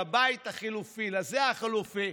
לבית החלופי,